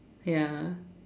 ya